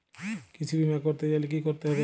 কৃষি বিমা করতে চাইলে কি করতে হবে?